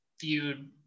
viewed